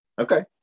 Okay